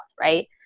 right